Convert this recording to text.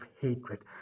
hatred